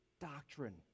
doctrine